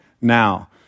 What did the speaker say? now